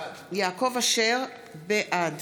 בעד